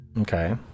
Okay